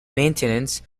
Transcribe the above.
maintenance